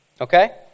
Okay